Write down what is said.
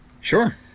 Sure